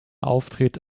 auftritt